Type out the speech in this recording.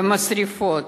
למשרפות,